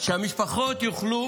שהמשפחות יוכלו